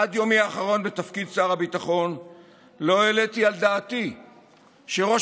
עד יומי האחרון בתפקיד שר הביטחון לא העליתי על דעתי